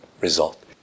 result